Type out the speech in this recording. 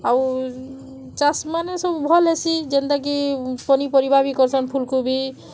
ଆଉ ଚାଷ୍ମାନେ ସବୁ ଭଲ୍ ହେସି ଯେନ୍ତାକି ପନିପରିବା ବି କର୍ସନ୍ ଫୁଲ୍କୋବି